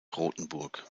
rothenburg